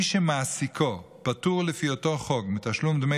מי שמעסיקו פטור לפי אותו חוק מתשלום דמי